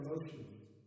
emotions